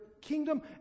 kingdom